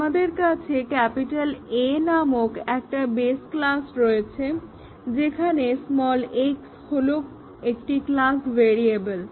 আমাদের কাছে A নামক একটা বেস ক্লাস রয়েছে যেখানে x হলো একটি ক্লাস ভেরিয়েবেল